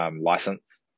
license